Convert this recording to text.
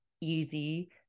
easy